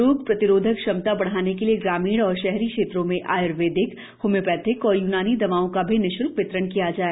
रोग प्रतिरोधक क्षमता बढ़ाने के लिए ग्रामीण एवं शहरी क्षेत्रों में आय्र्वेदिक होम्योपैथीक एवं य्नानी दवाओं का भी निशुल्क वितरण किया जाए